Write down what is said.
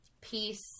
peace